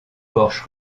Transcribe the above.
porche